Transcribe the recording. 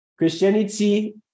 Christianity